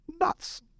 nuts